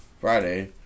Friday